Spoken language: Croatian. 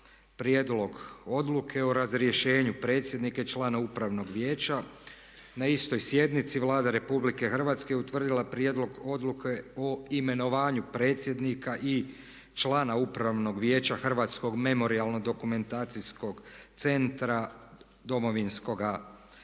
Prijedlog odluke o razrješenju predsjednika i člana Upravnog vijeća. Na istoj sjednici Vlada Republike Hrvatske je utvrdila Prijedlog odluke o imenovanju predsjednika i člana Upravnog vijeća Hrvatskog memorijalno-dokumentacijskog centra Domovinskoga rata.